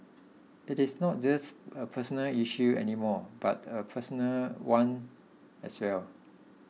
it is not just a personal issue any more but a personnel one as well